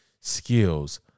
skills